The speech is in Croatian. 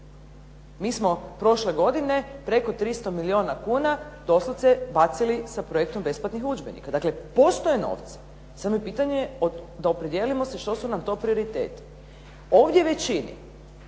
Mi smo prošle godine preko 300 milijuna kuna doslovce bacili sa projektom besplatnih udžbenika, dakle postoje novci samo je pitanje da opredijelimo se što su nam to prioriteti. Ovdje većini